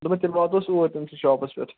دوپم تیٚلہِ واتو أسۍ اور تٔمِس نِش شاپس پٮ۪ٹھ